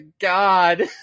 God